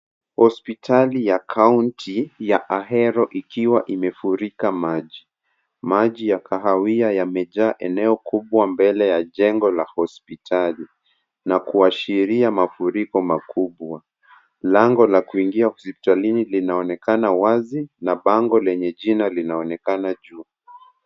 Hospitali ya county ya Ahero ikiwa imefurika maji. Maji ya kahawia yamejaa eneo kubwa mbele ya jengo la hospitali. Na kuashiria mafuriko makubwa. Lango la kuingia hospitalini linaonekana wazi, na bango lenye jina linaonekana juu.